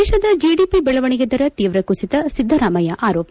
ದೇಶದ ಜೆಡಿಪಿ ಬೆಳವಣಿಗೆ ದರ ತೀವ್ರ ಕುಸಿತ ಸಿದ್ದರಾಮಯ್ಯ ಆರೋಪ